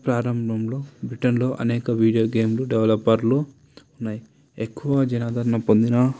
ప్రారంభంలో బ్రిటన్లో అనేక వీడియో గేమ్లు డెవలపర్లు ఉన్నాయి ఎక్కువ జనాభాలు పొందిన